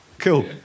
Cool